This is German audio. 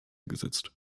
gesetzt